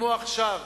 כמו עכשיו,